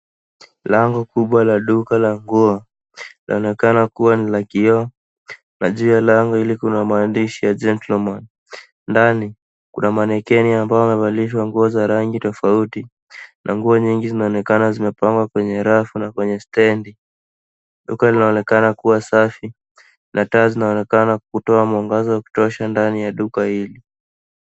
Lango kubwa la duka la nguo linaonekana kuwa la kioo na juu ya lango hilo kuna maandishi ya gentleman .Ndani kuna mannequin amabo wamevalishwa nguo za rangi tofauti na nguo nyingi zinaonekana zimepangwa kwenye rafu na kwenye stedi. Duka linaonekana kuwa safi na taa zinaonekana kutoa mwangaza wa kutosha kwenye duka hili.